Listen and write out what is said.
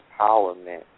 empowerment